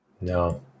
No